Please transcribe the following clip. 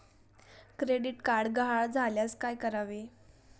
Credit card गहाळ झाल्यास काय करावे?